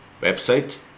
website